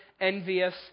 envious